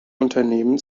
unternehmen